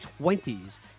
20s